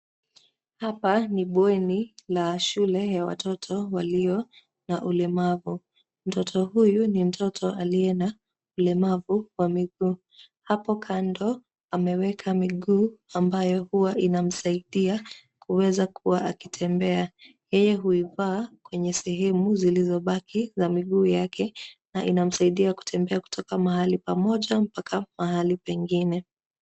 Hapa ni bweni la shule ya watoto walio na ulemavu. Mtoto huyu ni mtoto aliye na ulemavu wa miguu. Hapo kando, ameweka miguu ambayo huwa inamsaidia kuweza kuwa akitembea. Yeye huivaa kwenye sehemu zilizobaki na miguu yake na inamsaidia kutembea kutoka mahali pamoja mpaka mahali pengine.